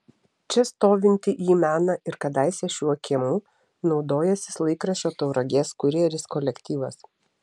čia stovintį jį mena ir kadaise šiuo kiemu naudojęsis laikraščio tauragės kurjeris kolektyvas